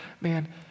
man